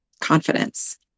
confidence